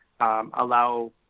allow